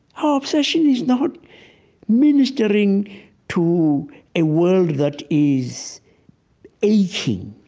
our obsession is not ministering to a world that is aching.